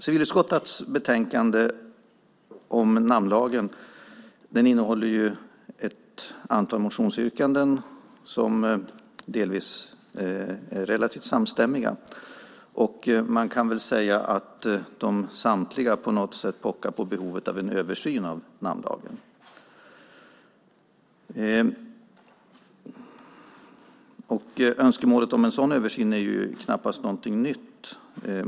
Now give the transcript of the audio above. I civilutskottets betänkande om namnlagen behandlas ett antal motionsyrkanden som delvis är relativt samstämmiga. Man kan väl säga att samtliga på något sätt pockar på behov av en översyn av namnlagen. Önskemålet om en sådan översyn är knappast någonting nytt.